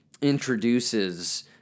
introduces